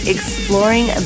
Exploring